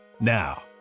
Now